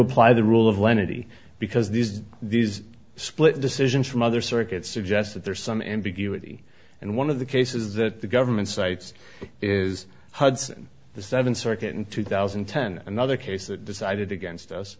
apply the rule of lenity because these these split decisions from other circuits suggest that there is some ambiguity and one of the cases that the government sites is hudson the seventh circuit in two thousand and ten another case that decided against us